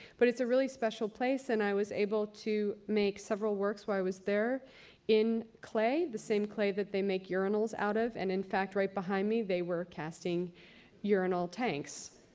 but, it's a really special place and i was able to make several works while i was there in clay, the same clay that they make urinals out of. and in fact, right behind me, they were casting urinal tanks.